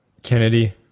kennedy